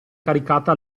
caricata